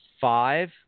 five